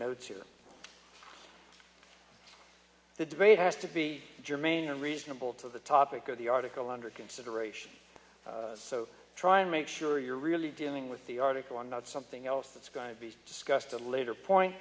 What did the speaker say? notes here the debate has to be germane and reasonable to the topic of the article under consideration so try and make sure you're really dealing with the article on not something else that's going to be discussed a later point